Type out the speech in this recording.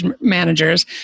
managers